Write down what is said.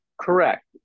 Correct